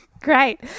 Great